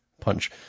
punch